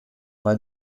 bei